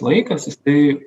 laikas jisai